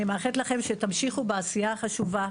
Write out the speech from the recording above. אני מאחלת לכם שתמשיכו בעשייה החשובה,